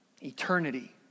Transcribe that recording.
Eternity